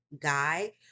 guy